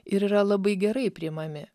ir yra labai gerai priimami